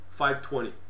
520